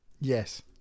Yes